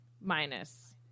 Minus